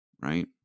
right